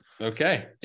Okay